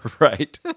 Right